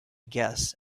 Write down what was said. guess